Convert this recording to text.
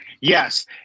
yes